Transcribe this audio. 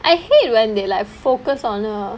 I hate when they like focus on a